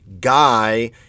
guy